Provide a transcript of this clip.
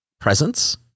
presence